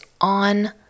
on